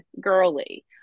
girly